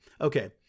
Okay